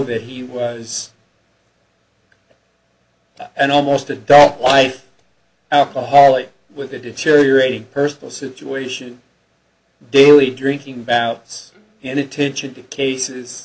that he was an almost adult life alcoholic with a deteriorating personal situation daily drinking bouts and intention to cases